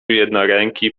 jednoręki